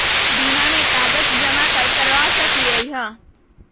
बीमा में कागज जमाकर करवा सकलीहल?